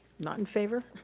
not in favor?